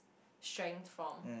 strength from